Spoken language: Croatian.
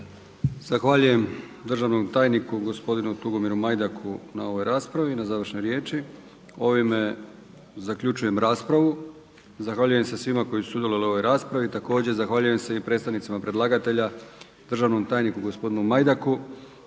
Zahvaljujem državnom tajniku gospodinu Tugomiru Majdak na ovoj raspravi na završnoj riječi. Ovime zaključujem raspravu. Zahvaljujem se svima koji su sudjelovali u ovoj raspravi. Također zahvaljujem se i predstavnicima predlagatelja državnom tajniku gospodinu Majdaku